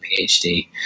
PhD